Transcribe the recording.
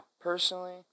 personally